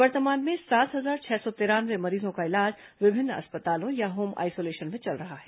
वर्तमान में सात हजार छह सौ तिरानवे मरीजों का इलाज विभिन्न अस्पतालों या होम आइसोलेशन में चल रहा है